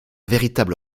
véritable